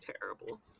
terrible